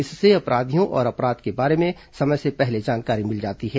इससे अपराधियों और अपराध के बारे में समय से पहले जानकारी मिल जाती है